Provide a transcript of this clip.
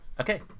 Okay